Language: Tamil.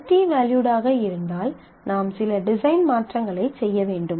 மல்டி வேல்யூடாக இருந்தால் நாம் சில டிசைன் மாற்றங்களைச் செய்ய வேண்டும்